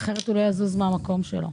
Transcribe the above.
אחרת הוא לא יזוז מהמקום שלו.